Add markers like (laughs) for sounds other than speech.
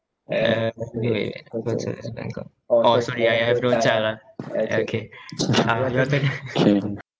uh okay orh sorry I have no child lah okay uh your turn (laughs)